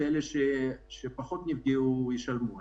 ואלה שפחות נפגעו ישלמו.